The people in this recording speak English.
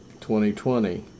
2020